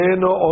no